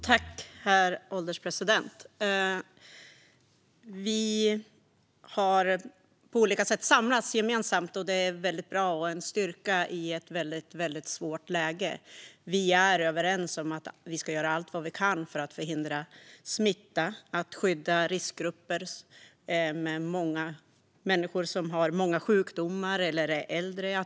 Herr ålderspresident! Vi har på olika sätt samlats gemensamt. Det är bra och en styrka i ett väldigt svårt läge. Vi är överens om att vi ska göra allt vi kan för att förhindra smitta och skydda riskgrupper där många har sjukdomar eller är äldre.